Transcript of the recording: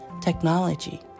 technology